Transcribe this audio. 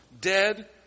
dead